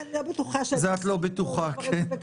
זה אני לא בטוחה שנוכל --- תודה.